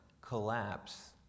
collapse